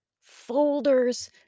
folders